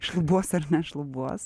šlubuos ar nešlubuos